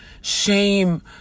shame